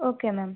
okay ma'am